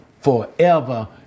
forever